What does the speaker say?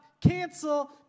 cancel